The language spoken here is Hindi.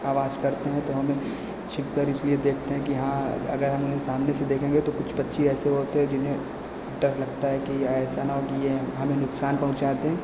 आवाज़ करते हैं तो हम छिपकर इसलिए देखते हैं कि हाँ अगर हम उन्हें सामने से देखेंगे कि कुछ पक्षी ऐसे होते हैं जिन्हें डर लगता है कि ऐसा न हो कि यह हमें नुकसान पहुँचा दे